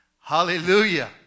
Hallelujah